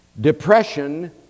Depression